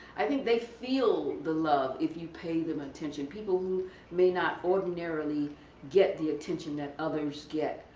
i think they feel the love if you pay them attention. people who may not ordinarily get the attention that others get.